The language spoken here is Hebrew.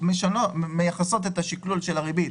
פשוט מייחסות את השקלול של הריבית